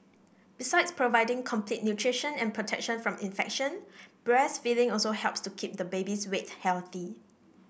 besides providing complete nutrition and protection from infection breastfeeding also helps to keep the baby's weight healthy